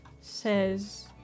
says